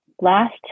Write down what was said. last